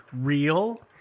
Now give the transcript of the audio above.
real